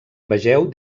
vegeu